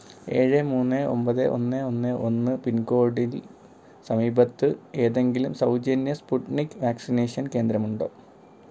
ഏഴ് മൂന്ന് ഒൻപത് ഒന്ന് ഒന്ന് ഒന്ന് പിൻകോഡിൽ സമീപത്ത് ഏതെങ്കിലും സൗജന്യ സ്പുട്നിക് വാക്സിനേഷൻ കേന്ദ്രമുണ്ടോ